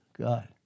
God